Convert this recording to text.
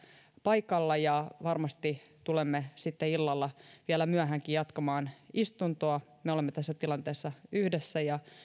paikalla ja varmasti tulemme sitten illalla vielä myöhäänkin jatkamaan istuntoa me olemme tässä tilanteessa yhdessä ja